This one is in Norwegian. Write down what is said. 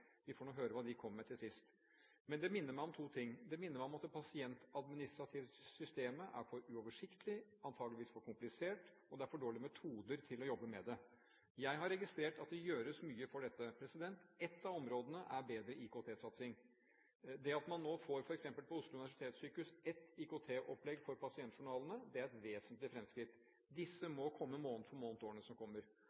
Vi får høre hva de kommer med til sist. Det minner meg om to ting: Det minner meg om at det pasientadministrative systemet er for uoversiktlig – antakeligvis for komplisert – og det er for dårlige metoder til å jobbe med det. Jeg har registrert at det gjøres mye for dette. Ett av områdene er bedre IKT-satsing. Det at man nå får f.eks. på Oslo universitetssykehus ett IKT-opplegg for pasientjournalene, er et vesentlig fremskritt. Disse